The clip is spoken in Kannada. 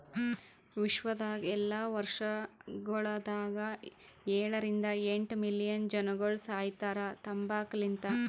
ವಿಶ್ವದಾಗ್ ಎಲ್ಲಾ ವರ್ಷಗೊಳದಾಗ ಏಳ ರಿಂದ ಎಂಟ್ ಮಿಲಿಯನ್ ಜನಗೊಳ್ ಸಾಯಿತಾರ್ ತಂಬಾಕು ಲಿಂತ್